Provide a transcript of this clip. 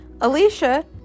Alicia